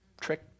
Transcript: Trick